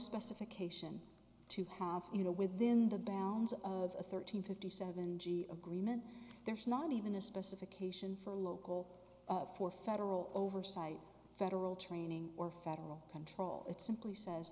specification to pass you know within the bounds of a thirteen fifty seven g agreement there's not even a specification for local up for federal oversight federal training or federal control it simply says